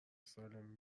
سالمی